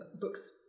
book's